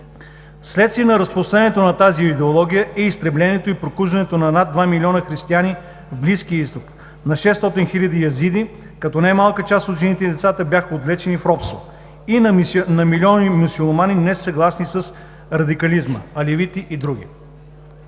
Вследствие на разпространението на тази идеология е изтреблението и прокуждането на над 2 милиона християни в Близкия изток, на 600 хиляди язиди, като не малка част от жените и децата бяха отвлечени в робство, и на милиони мюсюлмани, несъгласни с радикализма – алевити и други.